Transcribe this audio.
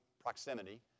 proximity